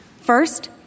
First